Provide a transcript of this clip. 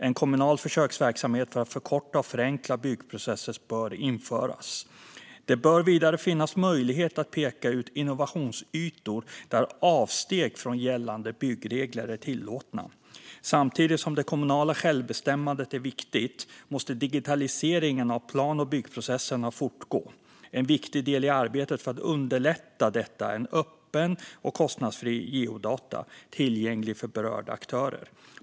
En kommunal försöksverksamhet för att förkorta och förenkla byggprocesser bör införas. Det bör vidare finnas möjlighet att peka ut innovationsytor där avsteg från gällande byggregler är tillåtna. Samtidigt som det kommunala självbestämmandet är viktigt måste digitaliseringen av plan och byggprocesserna fortgå. En viktig del i arbetet för att underlätta detta är öppna och kostnadsfria geodata, tillgängliga för berörda aktörer.